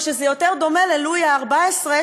או שזה יותר דומה ללואי ה-14,